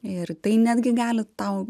ir tai netgi gali tau